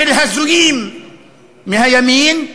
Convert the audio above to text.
של הזויים מהימין,